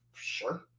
Sure